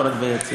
לא רק ליציע.